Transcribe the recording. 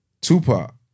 Tupac